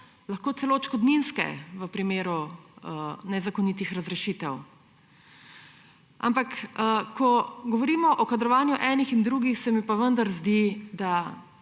lahko celo odškodninske v primeru nezakonitih razrešitev. Ko govorimo o kadrovanju enih in drugih, se mi pa zdi, da